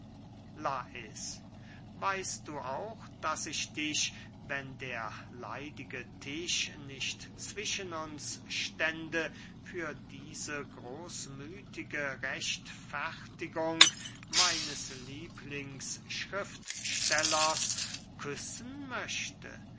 lais weißt du auch daß ich dich wenn der leidige tisch nicht zwischen uns stände für diese großmüthige rechtfertigung meines lieblingsschriftstellers küssen möchte